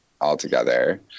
altogether